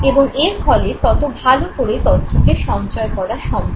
এবং এর ফলে তত ভালো করে তথ্যকে সঞ্চয় করা সম্ভব